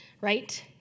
right